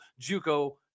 JUCO